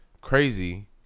crazy